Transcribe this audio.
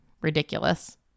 ridiculous